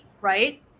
right